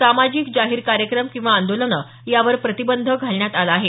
सामाजिक जाहीर कार्यक्रम किंवा आंदोलनं यावर प्रतिबंध घालण्यात आला आहे